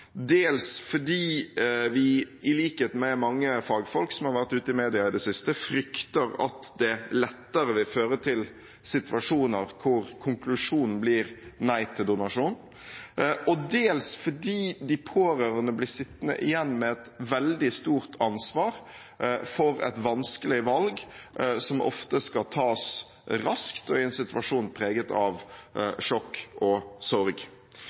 dels fordi vi, i likhet med mange fagfolk som har vært ute i media i det siste, frykter at det lettere vil føre til situasjoner hvor konklusjonen blir nei til donasjon, og dels fordi de pårørende blir sittende igjen med et veldig stort ansvar for et vanskelig valg, som ofte skal tas raskt og i en situasjon preget av sjokk og sorg.